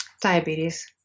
Diabetes